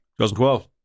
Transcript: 2012